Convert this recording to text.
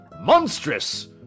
Monstrous